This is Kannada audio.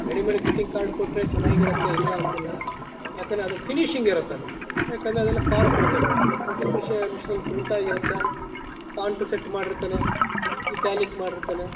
ರೆಡಿಮೇಡ್ ಗ್ರೀಟಿಂಗ್ ಕಾರ್ಡ್ ಕೊಟ್ಟರೆ ಚೆನ್ನಾಗಿರುತ್ತೆ ಇಲ್ಲ ಅಂತಿಲ್ಲ ಯಾಕಂದರೆ ಅದು ಫಿನಿಷಿಂಗಿರುತ್ತದು ಯಾಕಂದರೆ ಅದೆಲ್ಲ ಕಾರ್ಪೊರೇಟು ಪ್ರಿಂಟಿಂಗ್ ಮಿಷ ಮಿಷಿನಲ್ಲಿ ಪ್ರಿಂಟಾಗಿರತ್ತೆ ಫಾಂಟ್ ಸೆಟ್ ಮಾಡಿರ್ತಾನೆ ಇಟ್ಯಾಲಿಕ್ ಮಾಡಿರ್ತಾನೆ